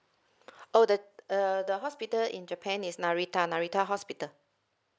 oh the uh the hospital in japan is narita narita hospital